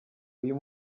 uyu